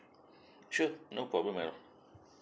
sure no problem at all